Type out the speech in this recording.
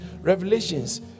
revelations